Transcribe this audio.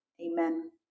amen